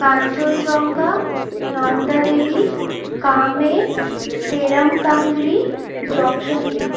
Kanchenjunga Nanda Devi Kamet Teram Kangri junction pick